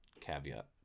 caveat